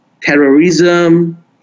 terrorism